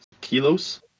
Kilos